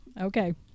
Okay